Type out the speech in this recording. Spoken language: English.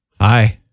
Hi